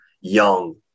young